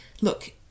look